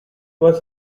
was